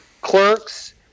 Clerks